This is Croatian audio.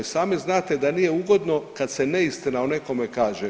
I sami znate da nije ugodno kad se neistina o nekome kaže.